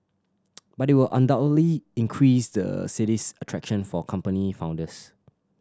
but it will undoubtedly increase the city's attraction for company founders